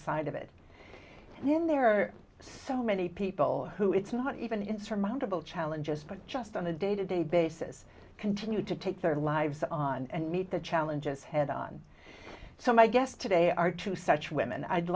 side of it and then there are so many people who it's not even insurmountable challenges but just on a day to day basis continue to take their lives on and meet the challenges head on so my guests today are two such women i'd